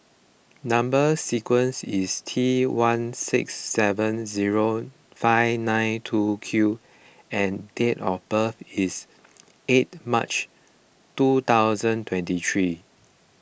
Number Sequence is T one six seven zero five nine two Q and date of birth is eight March two thousand twenty three